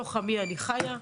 בתוך עמי אני חיה,